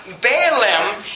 Balaam